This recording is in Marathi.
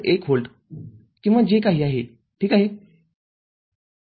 १ व्होल्ट किंवा जे काही आहे ठीक आहे